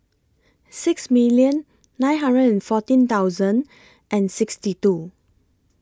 six million nine hundred and fourteen thousand and sixty two